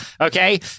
Okay